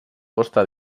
costa